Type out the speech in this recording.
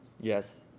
Yes